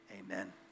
Amen